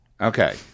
okay